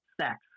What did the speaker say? sex